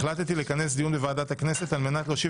החלטתי לכנס דיון בוועדת הכנסת על מנת להושיב